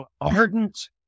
ardent